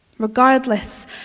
regardless